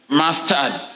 mustard